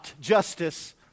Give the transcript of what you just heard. justice